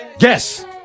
Yes